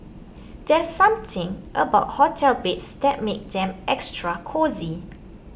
there's something about hotel beds that makes them extra cosy